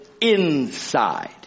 inside